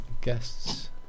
guests